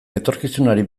etorkizunari